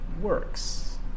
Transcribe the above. works